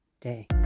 day